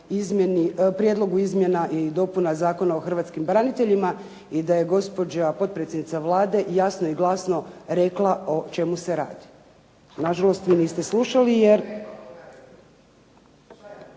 Prijedlogu izmjena i dopuna Zakona o hrvatskim braniteljima i da je gospođa potpredsjednica Vlade jasno i glasno rekla o čemu se radi. Nažalost, vi niste slušali.